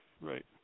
right